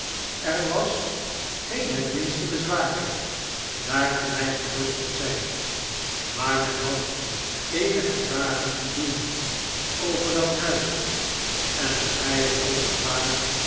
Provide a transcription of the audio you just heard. er was geen het minste bezwaar in daar kon hy gerust op zyn maar men had eenige vragen te doen over dat huis en of hjj er ook bezwaar